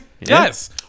Yes